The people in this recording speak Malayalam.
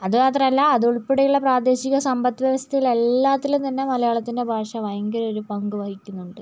അത് മാത്രല്ല അതുൾപ്പെടെയുള്ള പ്രാദേശിക സമ്പത്ത് വ്യവസ്ഥയിൽ എല്ലാത്തിലും തന്നെ മലയാളത്തിൻ്റെ ഭാഷ ഭയങ്കര ഒരു പങ്ക് വഹിക്കുന്നുണ്ട്